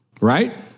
Right